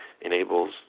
enables